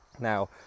Now